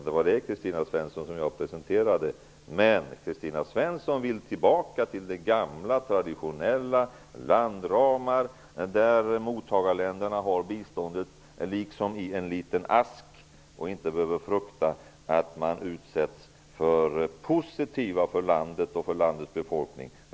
Det var detta som jag presenterade, Kristina Svensson. Men Kristina Svensson vill tillbaka till det gamla traditionella med landramar där mottagarländerna har biståndet liksom i en liten ask och inte behöver frukta att de utsätts för positiva resonemang för landet och landets befolkning.